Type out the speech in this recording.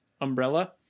umbrella